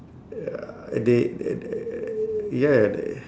ya they they they ya the